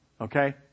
Okay